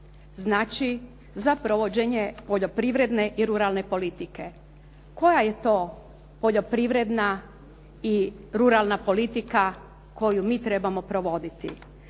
Znači, za provođenje poljoprivredne i ruralne politike. Koja je to poljoprivredna i ruralna politika koju mi trebamo provoditi?